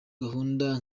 gahunda